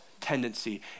tendency